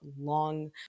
long